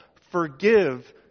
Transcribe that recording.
forgive